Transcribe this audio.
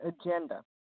agenda